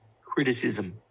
criticism